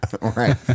Right